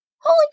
Holy